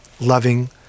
loving